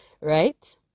right